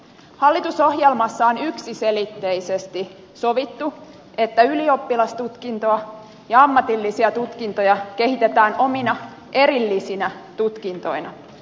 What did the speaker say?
hallitusohjelmassa on yksiselitteisesti sovittu että ylioppilastutkintoa ja ammatillisia tutkintoja kehitetään omina erillisinä tutkintoina